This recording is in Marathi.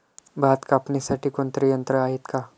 भात कापणीसाठी कोणते यंत्र आहेत का?